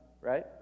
Right